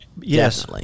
Yes